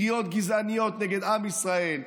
קריאות גזעניות נגד עם ישראל,